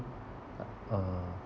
uh